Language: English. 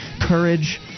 courage